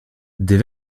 des